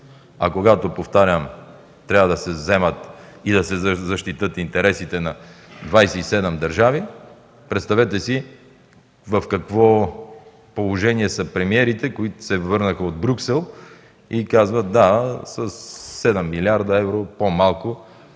А когато, повтарям, трябва да се вземат и да се защитят интересите на 27 държави, представете си в какво положение са премиерите, които се върнаха от Брюксел и казват – да, със 7 млрд. евро по-малко